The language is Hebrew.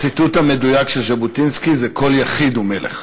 הציטוט המדויק של ז'בוטינסקי זה: כל יחיד הוא מלך.